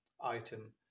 item